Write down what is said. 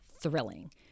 thrilling